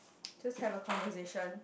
just have a conversation